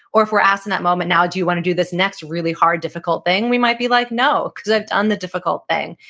or if we're asked in that moment now do you want to do this next really hard, difficult thing, we might be like, no. because i've done the difficult thing.